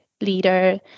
leader